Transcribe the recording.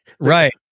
right